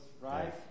right